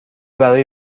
برای